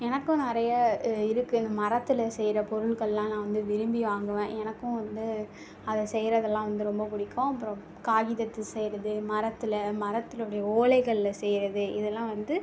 எனக்கும் நிறைய இருக்குது இந்த மரத்தில் செய்கிற பொருள்களெலாம் நான் வந்து விரும்பி வாங்குவேன் எனக்கும் வந்து அதை செய்கிறதலாம் வந்து ரொம்ப பிடிக்கும் அப்புறம் காகிதத்தில் செய்வது மரத்தில் மரத்தினுடைய ஓலைகளில் செய்வது இதெல்லாம் வந்து